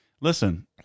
listen